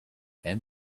then